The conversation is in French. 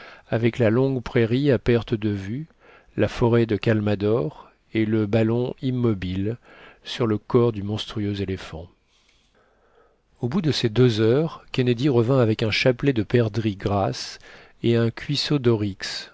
avec la longue prairie à perte de vue la forêt de camaldores et le ballon immobile sur le corps du monstrueux éléphant au bout de ses deux heures kennedy revint avec un chapelet de perdrix grasses et un cuissot d'oryx